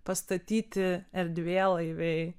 pastatyti erdvėlaiviai